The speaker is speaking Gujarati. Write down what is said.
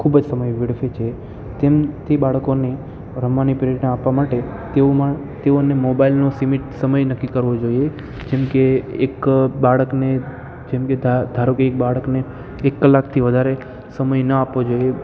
ખૂબ જ સમય વેડફે છે તેમથી બાળકોને રમવાની પ્રેરણા આપવા માટે તેઓને મોબાઈલનો સીમિત સમય નક્કી કરવો જોઈએ જેમકે એક બાળકને જેમકે ધારોકે એ બાળકને એક કલાકથી વધારે સમય ન આપવો જોઈએ